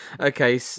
Okay